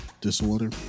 disorder